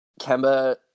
Kemba